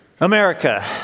America